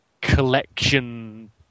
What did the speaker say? collection